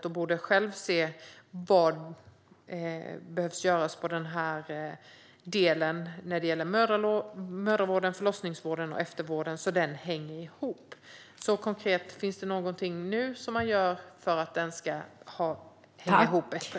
Staten borde själv se vad som behöver göras när det gäller mödravården, förlossningsvården och eftervården, så att detta hänger ihop. Min konkreta fråga är: Gör man någonting nu för att detta ska hänga ihop bättre?